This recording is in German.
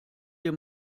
dir